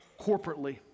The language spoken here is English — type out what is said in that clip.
corporately